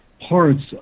parts